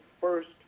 first